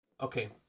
Okay